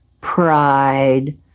pride